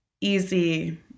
easy